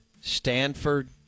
Stanford